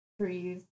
trees